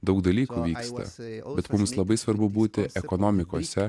daug dalykų vyksta bet mums labai svarbu būti ekonomikose